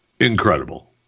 Incredible